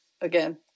again